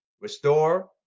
restore